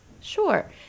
sure